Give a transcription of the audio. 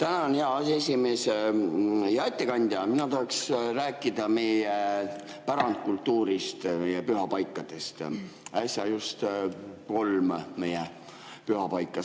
Tänan, hea aseesimees! Hea ettekandja! Mina tahaks rääkida meie pärandkultuurist ja pühapaikadest. Äsja said kolm meie pühapaika